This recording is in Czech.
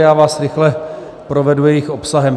Já vás rychle provedu jejich obsahem.